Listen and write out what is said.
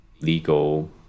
legal